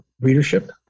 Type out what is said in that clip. readership